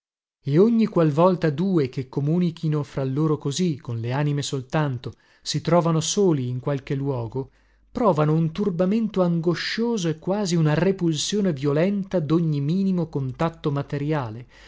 e ogni qualvolta due che comunichino fra loro così con le anime soltanto si trovano soli in qualche luogo provano un turbamento angoscioso e quasi una repulsione violenta dogni minimo contatto materiale